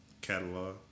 catalog